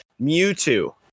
Mewtwo